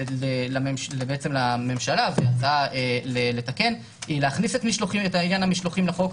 לממשלה לתקן ולהכניס את המשלוחים לחוק,